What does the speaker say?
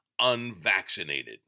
unvaccinated